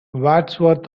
wadsworth